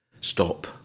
stop